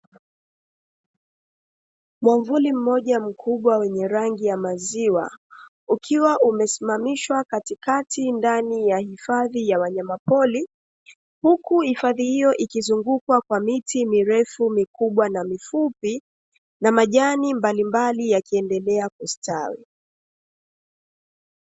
Mwamvuli mmoja mkubwa wenye rangi ya maziwa, ukiwa umesimamishwa katikati ndani ya hifadhi ya wanyama pori, huku hifadhi hiyo ikizungukwa kwa miti mirefu, mikubwa na mifupi na majani mbalimbali yakiendelea kustawi.